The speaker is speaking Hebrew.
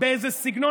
ובאיזה סגנון,